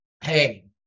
hey